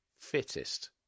fittest